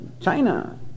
China